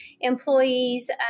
employees